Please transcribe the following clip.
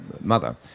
mother